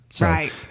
Right